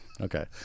okay